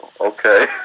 okay